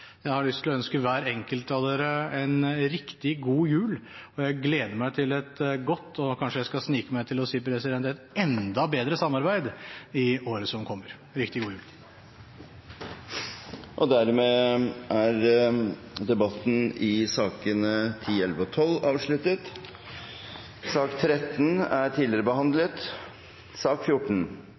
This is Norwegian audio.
Jeg har lyst til å ønske hver enkelt av dere en riktig god jul. Jeg gleder meg til et godt – og kanskje jeg skal snike meg til å si et enda bedre – samarbeid i året som kommer. Riktig god jul! Flere har ikke bedt om ordet til sakene nr. 10, 11 og 12. Sak nr. 13 er tidligere behandlet.